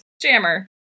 Jammer